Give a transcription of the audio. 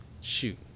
Shoot